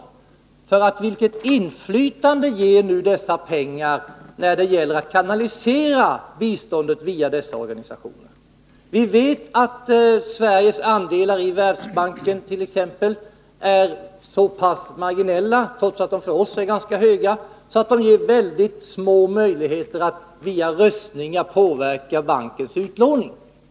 Man kan ju se på vilket inflytande dessa pengar ger när det gäller att kanalisera biståndet via dessa organisationer. Vi vet att Sveriges andelar it.ex. Världsbanken är så pass marginella — även om de för oss är ganska höga — att de ger väldigt små möjligheter att via röstningar påverka bankens utlåning.